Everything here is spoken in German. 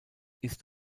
ist